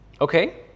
Okay